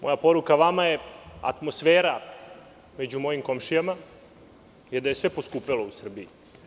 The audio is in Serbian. Moja poruka vama je atmosfera među mojim komšijama je da je sve poskupelo u Srbiji.